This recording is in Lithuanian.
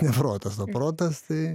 ne protas o protas tai